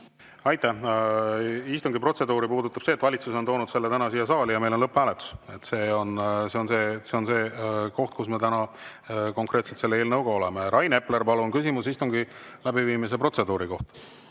Aitäh! Istungi protseduuri puudutab see, et valitsus on toonud selle täna siia saali ja meil on lõpphääletus. See on see koht, kus me täna konkreetselt selle eelnõuga oleme. Rain Epler, palun, küsimus istungi läbiviimise protseduuri kohta!